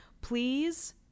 Please